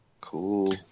Cool